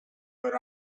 but